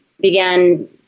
began